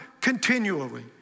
continually